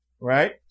right